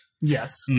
yes